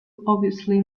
obviously